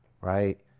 right